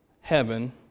heaven